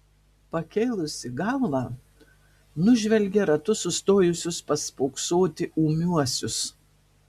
pakėlusi galvą nužvelgia ratu sustojusius paspoksoti ūmiuosius